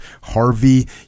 Harvey